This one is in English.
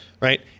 Right